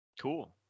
Cool